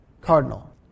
cardinal